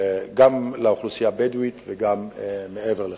גם לאוכלוסייה הבדואית וגם מעבר לכך: